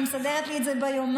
אני מסדרת לי את זה ביומן,